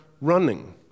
running